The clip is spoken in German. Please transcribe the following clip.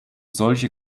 solche